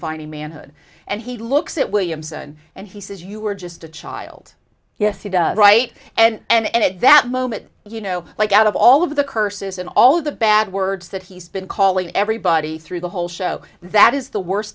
finding manhood and he looks at williamson and he says you were just a child yes he does right and at that moment you know like out of all of the curses and all of the bad words that he's been calling everybody through the whole show that is the worst